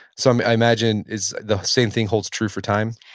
so i imagine is the same thing holds true for time?